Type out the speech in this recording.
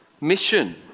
mission